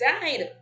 died